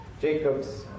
Jacob's